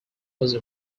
was